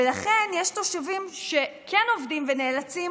ולכן יש תושבים שכן עובדים ונאלצים